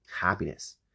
happiness